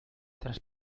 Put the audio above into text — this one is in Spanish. tras